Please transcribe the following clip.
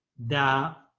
the